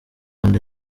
nda